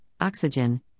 oxygen